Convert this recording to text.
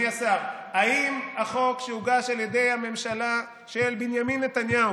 האם החוק שהוגש על ידי הממשלה של בנימין נתניהו,